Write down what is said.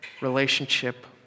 relationship